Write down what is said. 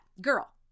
girl